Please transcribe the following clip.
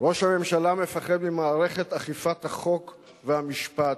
ראש הממשלה מפחד ממערכת אכיפת החוק והמשפט,